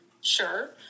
Sure